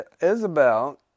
Isabel